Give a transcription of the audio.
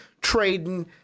trading